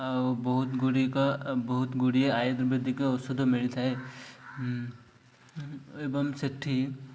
ଆଉ ବହୁତ ଗୁଡ଼ିକ ବହୁତ ଗୁଡ଼ିଏ ଆୟୁର୍ବେଦିକ ଔଷଧ ମିଳିଥାଏ ଏବଂ ସେଠି